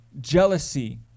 jealousy